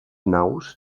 naus